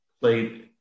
played